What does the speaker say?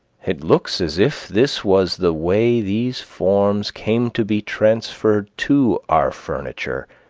it looked as if this was the way these forms came to be transferred to our furniture,